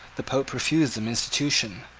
the pope refused them institution.